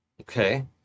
Okay